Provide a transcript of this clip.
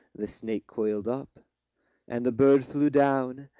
the snake coiled up and the bird flew down,